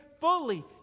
fully